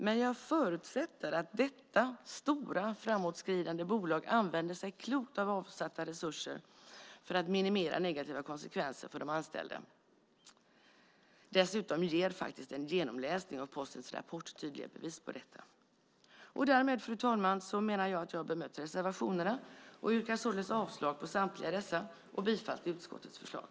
Men jag förutsätter att detta stora framåtskridande bolag använder sig klokt av avsatta resurser för att minimera negativa konsekvenser för de anställda. Dessutom ger faktiskt en genomläsning av Postens rapport tydliga bevis på detta. Därmed, fru talman, menar jag att jag bemött reservationerna och yrkar således avslag på samtliga dessa och bifall till utskottets förslag.